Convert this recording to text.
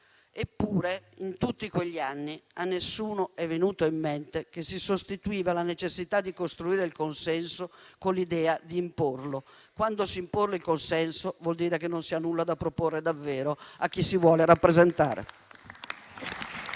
Eppure, in tutti quegli anni a nessuno è venuto in mente di sostituire la necessità di costruire il consenso con l'idea di imporlo; quando si impone il consenso, vuol dire che non si ha nulla da proporre davvero a chi si vuole rappresentare.